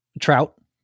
trout